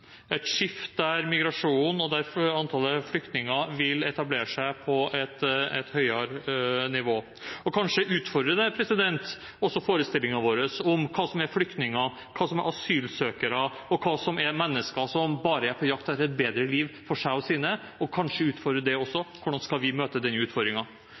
der migrasjonen og antallet flyktninger vil etablere seg på et høyere nivå, og kanskje utfordrer det også forestillingen vår om hva som er flyktninger, hva som er asylsøkere, og hva som er mennesker som bare er på jakt etter et bedre liv for seg og sine. Kanskje utfordrer det også. Hvordan skal vi møte